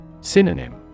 Synonym